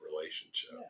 relationship